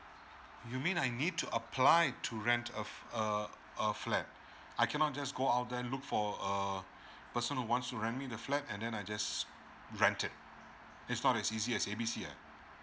you mean I need to apply to rent a f~ err a flat I cannot just go out there and look for err person who wants to rent me the flat and then I just rent it it's not as easy as A B C yeah